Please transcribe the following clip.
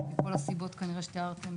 כנראה מכל הסיבות שתיארתם,